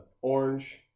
orange